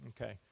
Okay